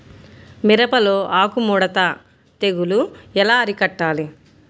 మిరపలో ఆకు ముడత తెగులు ఎలా అరికట్టాలి?